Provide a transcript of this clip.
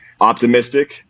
optimistic